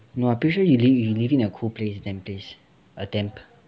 no I'm pretty sure you leave you leave it in a cool place damp place a damp